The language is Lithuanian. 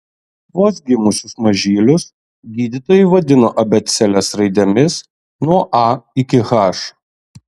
vos gimusius mažylius gydytojai vadino abėcėlės raidėmis nuo a iki h